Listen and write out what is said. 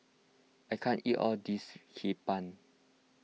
I can't eat all this Hee Pan